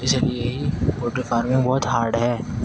اسی لیے ہی پولٹری فارمنگ بہت ہارڈ ہے